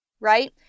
right